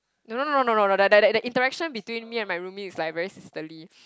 no no no no no like like the interaction between me and my roomie is like very sisterly